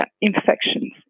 infections